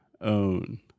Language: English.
own